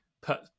put